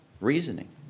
reasoning